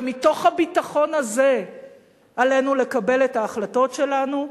ומתוך הביטחון הזה עלינו לקבל את ההחלטות שלנו,